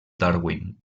darwin